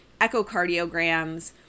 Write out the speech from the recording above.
echocardiograms